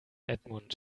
edmund